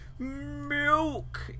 Milk